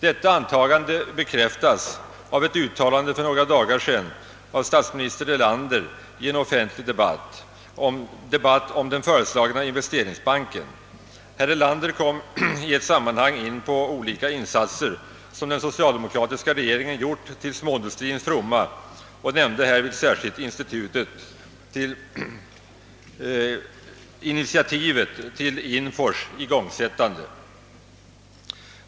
Detta antagande bekräftas av ett uttalande för några dagar sedan av statsminister Erlander i en offentlig debatt om den föreslagna investeringsbanken. Herr Erlander kom i ett sammanhang in på olika insatser som den socialdemokratiska regeringen gjort till småindustrins fromma och nämnde härvid särskilt initiativet till INFOR:s igångsättande.